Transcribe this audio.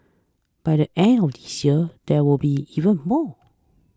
by the end of this year there will be even more